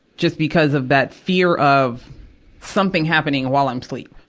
just because of that fear of something happening while i'm sleep.